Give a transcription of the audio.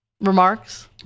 remarks